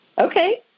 Okay